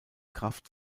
kraft